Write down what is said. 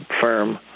firm